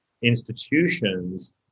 institutions